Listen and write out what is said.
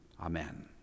Amen